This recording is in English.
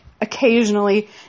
occasionally